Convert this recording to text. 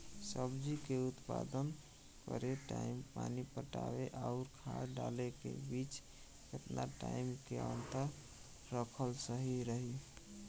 सब्जी के उत्पादन करे टाइम पानी पटावे आउर खाद डाले के बीच केतना टाइम के अंतर रखल सही रही?